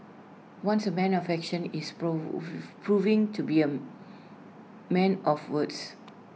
once A man of action is prove proving to be A man of words